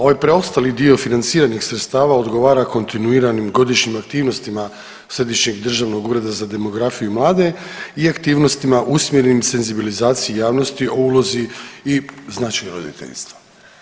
Ovaj preostali dio financiranih sredstava odgovara kontinuiranim godišnjim aktivnostima Središnjeg državnog ureda za demografiju i mlade i aktivnostima usmjerenim senzibilizaciji javnosti o ulozi i značaju roditeljstva.